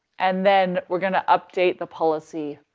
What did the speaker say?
and then we're going to update the policy,